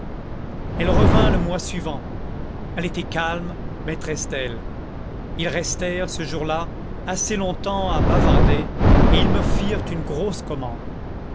elle revint le mois suivant elle était calme maîtresse d'elle ils restèrent ce jour-là assez longtemps à bavarder et ils me firent une grosse commande